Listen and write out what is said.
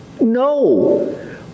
No